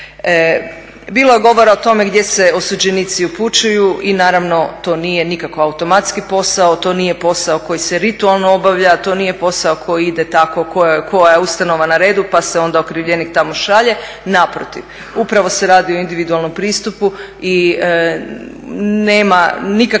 Bilo je govora o tome gdje se osuđenici upućuju i naravno to nije nikakvo automatski posao, to nije posao koji se ritualno obavlja, to nije posao koji ide tako koja je ustanova na redu pa se onda okrivljenik tamo šalje. Naprotiv, upravo se radi o individualnom pristupu i nema nikakve